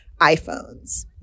iPhones